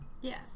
Yes